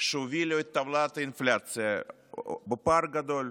שהובילו את טבלת האינפלציה בפער גדול,